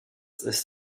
ist